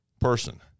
person